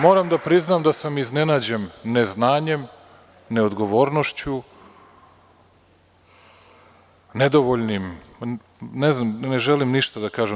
Moram da priznam da sam iznenađen neznanjem, neodgovornošću, nedovoljnim, ne znam, ne želim ništa da kažem.